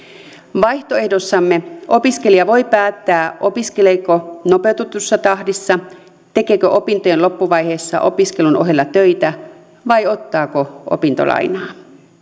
vaihtoehdossamme opiskelija voi päättää opiskeleeko nopeutetussa tahdissa tekeekö opintojen loppuvaiheessa opiskelun ohella töitä vai ottaako opintolainaa